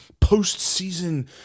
postseason